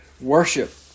worship